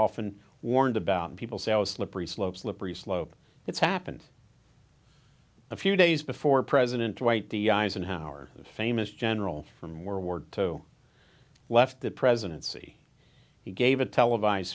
often warned about people say oh slippery slope slippery slope it's happened a few days before president dwight d eisenhower the famous general from world war two left the presidency he gave a televised